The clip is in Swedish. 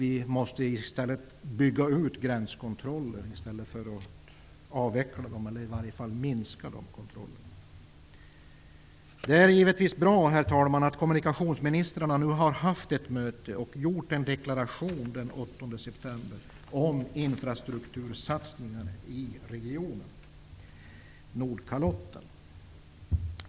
Vi måste bygga ut gränskontroller i stället för att avveckla, eller i varje fall minska, dem. Det är givetvis bra, herr talman, att kommunikationsministrarna nu haft ett möte och gjort en deklaration, den 8 september, om infrastruktursatsningar i regionen Nordkalotten.